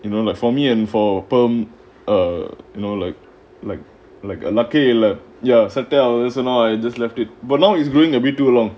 you know like for me and for perm or you know like like like unlucky lah ya set eh ஆகாது:aagaathu is and I just left it but now he's growing a bit too long